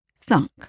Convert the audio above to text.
thunk